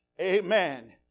amen